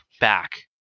back